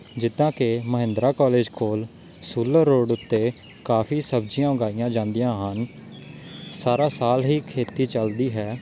ਜਿੱਦਾਂ ਕਿ ਮਹਿੰਦਰਾ ਕੋਲਜ ਕੋਲ ਸੋਲਰ ਰੋਡ ਉੱਤੇ ਕਾਫੀ ਸਬਜ਼ੀਆਂ ਉਗਾਈਆਂ ਜਾਂਦੀਆਂ ਹਨ ਸਾਰਾ ਸਾਲ ਹੀ ਖੇਤੀ ਚੱਲਦੀ ਹੈ